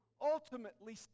ultimately